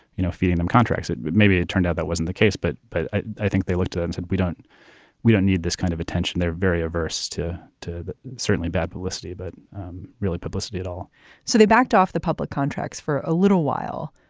you know, feeding them contracts. but maybe it turned out that wasn't the case. but but i think they looked at and said, we don't we don't need this kind of attention. they're very averse to to certainly bad publicity, but really publicity at all so they backed off the public contracts for a little while.